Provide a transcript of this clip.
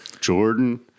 Jordan